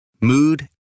mood